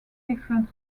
different